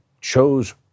chose